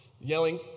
yelling